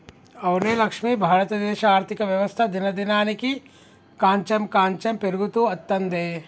అవునే లక్ష్మి భారతదేశ ఆర్థిక వ్యవస్థ దినదినానికి కాంచెం కాంచెం పెరుగుతూ అత్తందే